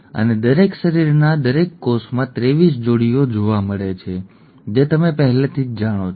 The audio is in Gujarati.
અને દરેક શરીરના દરેક કોષમાં 23 જોડીઓ જોવા મળે છે જે તમે પહેલેથી જ જાણો છો